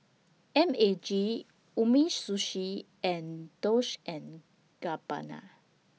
M A G Umisushi and Dolce and Gabbana